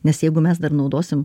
nes jeigu mes dar naudosim